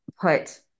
put